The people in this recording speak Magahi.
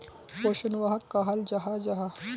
पोषण कहाक कहाल जाहा जाहा?